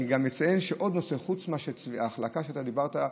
אני גם אציין עוד נושא: חוץ מההחלקה שאתה דיברת עליה,